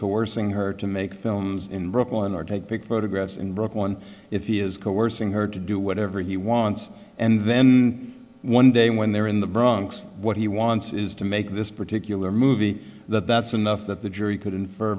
coercing her to make films in brooklyn or take pics photographs in brooklyn if he is coercing her to do whatever he wants and then one day when they're in the bronx what he wants this is to make this particular movie that that's enough that the jury could infer